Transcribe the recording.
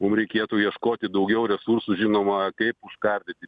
mum reikėtų ieškoti daugiau resursų žinoma kaip užkardyti